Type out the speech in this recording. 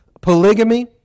polygamy